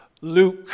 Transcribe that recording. Luke